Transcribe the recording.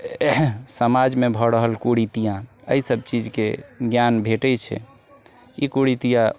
समाजमे भऽ रहल कुरीतियाँ अइसब चीजके ज्ञान भेटै छै ई कुरीतियाँ